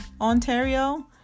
Ontario